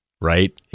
right